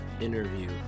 interview